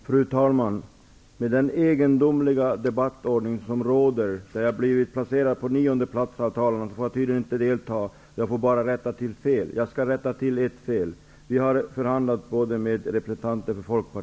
Fru talman! Med den egendomliga debattordning som råder -- jag har blivit placerad på nionde plats -- får jag tydligen inte delta. Jag får bara rätta till fel, och det skall jag göra. Vi har förhandlat både med representanter för